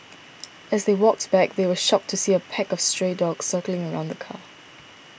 as they walked back they were shocked to see a pack of stray dogs circling around the car